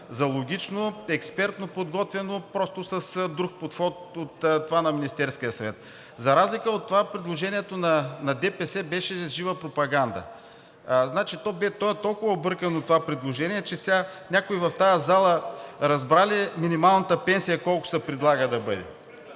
за логично, експертно подготвено, просто с друг подход от това на Министерския съвет. За разлика от това, предложението на ДПС беше жива пропаганда. То е толкова объркано това предложение, че сега някой в тази зала разбра ли минималната пенсия колко се предлага да бъде?